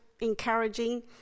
Encouraging